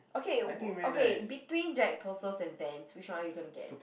okay wh~ okay between Jack-Purcells and Vans which one are you gonna get